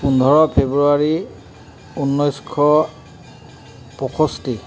পোন্ধৰ ফেব্ৰুৱাৰী ঊনৈছশ পয়ষষ্ঠি